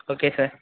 okay sir